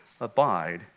abide